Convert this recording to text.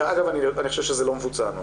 אגב אני חושב שהנוהל לא מבוצע,